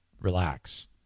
relax